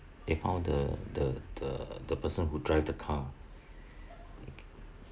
they found the the the the person who drive the car